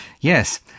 Yes